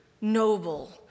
noble